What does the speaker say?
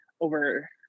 over